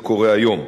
זה קורה היום.